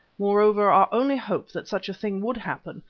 moreover, our only hope that such a thing would happen,